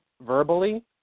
verbally